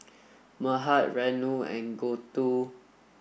Mahade Renu and Gouthu